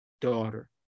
daughter